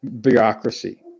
bureaucracy